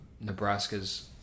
Nebraska's